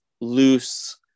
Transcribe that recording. loose